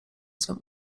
swym